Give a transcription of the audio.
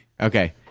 Okay